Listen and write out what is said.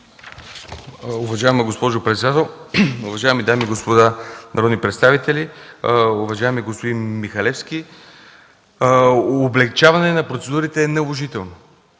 Облекчаване на процедурите е наложително.